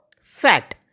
fat